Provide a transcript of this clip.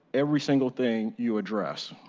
every single thing you address.